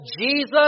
Jesus